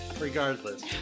regardless